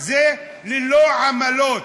זה ללא עמלות,